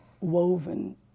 woven